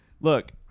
Look